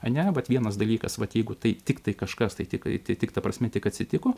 ane vat vienas dalykas vat jeigu tai tiktai kažkas tai tik tik ta prasme tik atsitiko